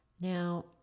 Now